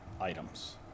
items